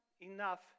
enough